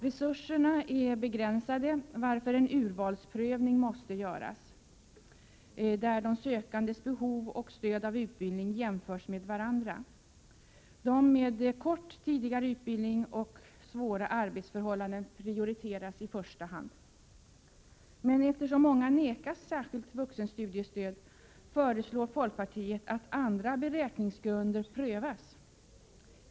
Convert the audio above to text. Resurserna är begränsade, varför en urvalspröv ning måste göras, där de sökandes behov av stöd och utbildning jämförs med varandra. Sökande med kort tidigare utbildning och svåra arbetsförhållanden prioriteras. Eftersom många nekas särskilt vuxenstudiestöd, föreslår folkpartiet att andra beräkningsgrunder prövas.